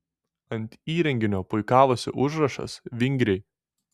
ant įrenginio puikavosi užrašas vingriai